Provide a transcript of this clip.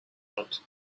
hunt